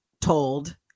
told